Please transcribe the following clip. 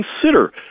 consider